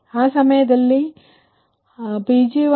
ಆ ಸಮಯದಲ್ಲಿ 180 MW